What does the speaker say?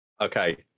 okay